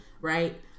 Right